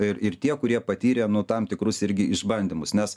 ir ir tie kurie patyrė nu tam tikrus irgi išbandymus nes